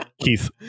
Keith